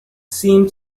seemed